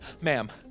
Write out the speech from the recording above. ma'am